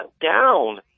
down